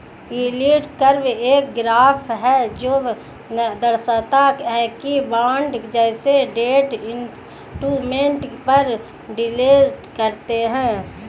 yield curve एक graph है जो दर्शाता है कि बॉन्ड जैसे डेट इंस्ट्रूमेंट पर यील्ड कैसे है